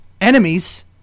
enemies